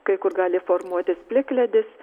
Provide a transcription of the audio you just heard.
kai kur gali formuotis plikledis